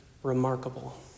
remarkable